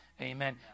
Amen